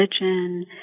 religion